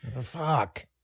Fuck